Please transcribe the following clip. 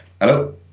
Hello